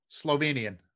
slovenian